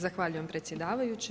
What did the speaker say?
Zahvaljujem predsjedavajući.